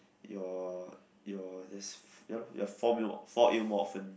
your your let's ya lor your for ill fall ill more often